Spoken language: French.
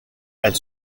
elle